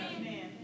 Amen